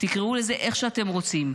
--- תקראו לזה איך שאתם רוצים,